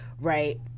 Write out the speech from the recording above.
right